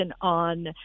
on